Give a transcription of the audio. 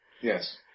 Yes